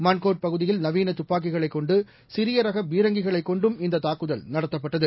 மன்கோட் பகுதியில் நவீனதப்பாக்கிகளைக் கொண்டுசிறியரகபீரங்கிகளைகொண்டும் இந்ததாக்குதல் நடத்தப்பட்டது